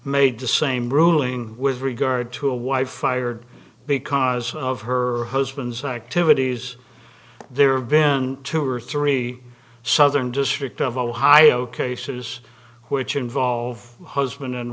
made the same ruling with regard to a wife fired because of her husband's activities there have been two or three southern district of ohio cases which involve husband and